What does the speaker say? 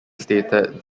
stated